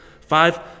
five